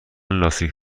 لاستیک